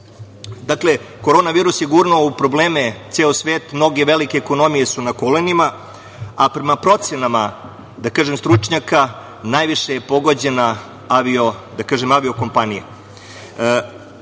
Dakle, korona virus je gurnuo u probleme ceo svet, mnoge velike ekonomije su na kolenima, a prema procena stručnjaka najviše su pogođena avio-kompanije. Poslednja